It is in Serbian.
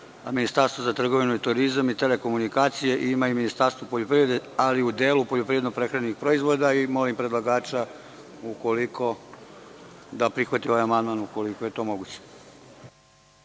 Ministarstva za trgovinu, turizam i telekomunikacije, ima i Ministarstvo poljoprivrede, ali u delu poljoprivredno-prehrambenih proizvoda. Molim predlagača da prihvati ovaj amandman, ukoliko je to moguće.